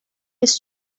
his